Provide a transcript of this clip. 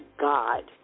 God